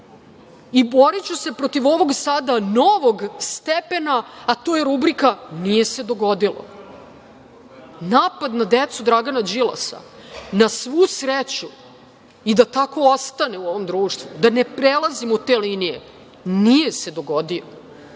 i boriću se protiv ovog sada novog stepena, a to je rubrika - nije se dogodilo. Napad na decu Dragana Đilasa, na svu sreću i da tako ostane u ovom društvu, da ne prelazimo te linije, nije se dogodio